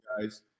guys